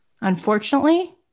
unfortunately